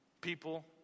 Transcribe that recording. people